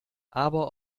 aber